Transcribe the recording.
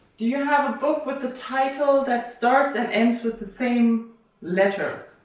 you havea book with the title that starts and ends with the same letter?